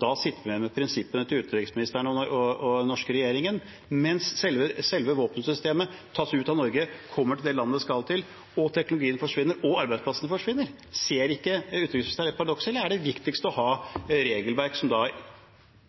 Da sitter vi igjen med prinsippene til utenriksministeren og den norske regjeringen, mens selve våpensystemet tas ut av Norge og kommer til det landet det skal til, og teknologien forsvinner, og arbeidsplassene forsvinner. Ser ikke utenriksministeren det paradokset, eller er det viktigst å ha regelverk som da